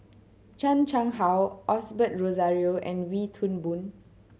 Chan Chang How Osbert Rozario and Wee Toon Boon